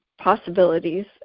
possibilities